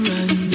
Run